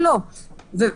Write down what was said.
שווה